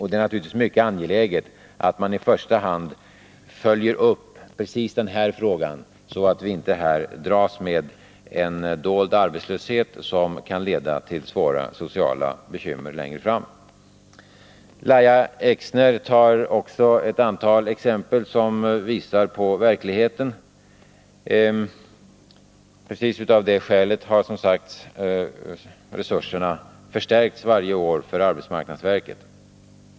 Det är naturligtvis mycket angeläget att man följer upp den här frågan, så att vi inte dras med en dold arbetslöshet som längre fram kan leda till svåra sociala bekymmer. Lahja Exner anförde ett antal exempel som visar på verkligheten. Precis av det skälet har resurserna för arbetsmarknadsverket varje år förstärkts.